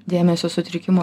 dėmesio sutrikimo